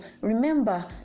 remember